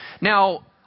Now